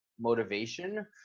motivation